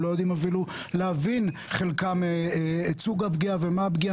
הם לא יודעים להבין את סוג הפגיעה ומה הפגיעה.